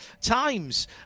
times